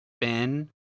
ben